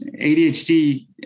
ADHD